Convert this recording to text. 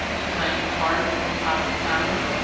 to playing the part of a composite family?